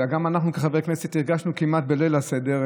גם אנחנו כחברי כנסת הרגשנו כמעט בליל הסדר,